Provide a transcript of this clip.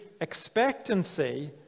expectancy